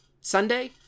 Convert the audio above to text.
Sunday